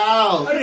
out